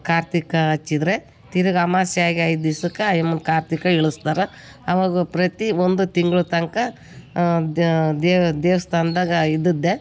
ಕಾರ್ತೀಕ ಹಚ್ಚಿದ್ರೆ ತಿರ್ಗ ಅಮಾವಾಸೆ ಆಗಿ ಐದು ದಿವ್ಸಕ್ಕೆ ಆಯಮ್ಮನ ಕಾರ್ತೀಕ ಇಳಿಸ್ತಾರ ಆವಾಗ ಪ್ರತಿ ಒಂದು ತಿಂಗ್ಳು ತನಕ ದೇವಸ್ಥಾನದಾಗ ಇದ್ದದ್ದೇ